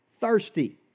thirsty